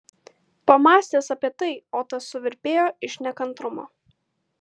pamąstęs apie tai otas suvirpėjo iš nekantrumo